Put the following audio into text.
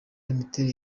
imiterere